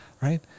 Right